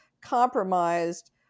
compromised